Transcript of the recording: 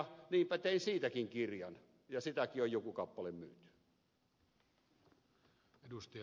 niinpä tein siitäkin kirjan ja sitäkin on joku kappale myyty